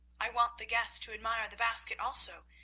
i want the guests to admire the basket also,